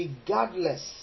regardless